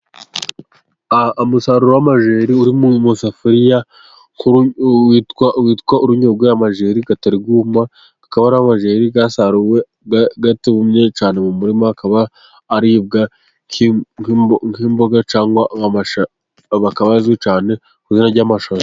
Umusaruro w'amajeri uri mu safuriya witwa witwa urunyogo amageri atari yuma, akaba ari amajeri yasaruwe atumye cyane mu murima akaba aribwa nk'imboga, cyangwa akaba azwi cyane ku izina ry'amashaza.